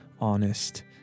honest